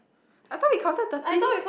I thought we counted thirteen